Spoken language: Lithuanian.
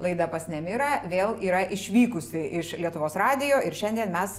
laida pas nemirą vėl yra išvykusi iš lietuvos radijo ir šiandien mes